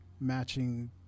matching